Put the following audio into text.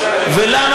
ולמה